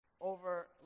over